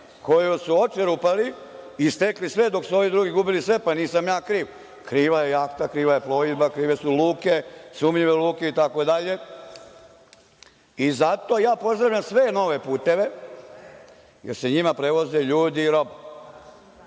koju su očerupali i stekli sve dok su ovi drugi gubili sve, pa nisam ja kriv, kriva je jahta, kriva je plovidba, krive su luke, sumnjive luke itd. Zato ja pozdravljam sve nove puteve, jer se njima prevoze ljudi, roba.